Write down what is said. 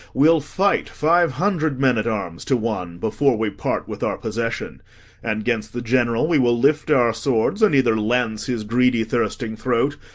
we'll fight, five hundred men-at-arms to one, before we part with our possession and gainst the general we will lift our swords, and either lance his greedy thirsting throat,